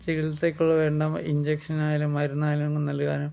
ചികിത്സക്ക് വേണ്ട ഇൻജെക്ഷനായാലും മരുന്നായാലും നൽകാനും